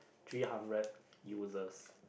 three hundred users